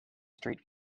street